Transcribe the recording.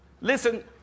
listen